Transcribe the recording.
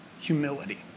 humility